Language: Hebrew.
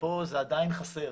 ופה זה עדיין חסר.